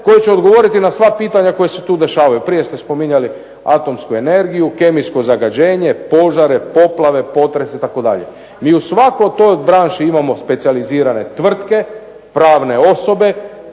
koji će odgovoriti na sva pitanja koja se tu dešavaju. Prije ste spominjali atomsku energiju, kemijsko zagađenje, požare, poplave, potresi itd. i u svakoj toj branši imamo specijalizirane tvrtke, pravne osobe,